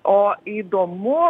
o įdomu